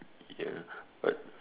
ya but